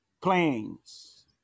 planes